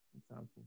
example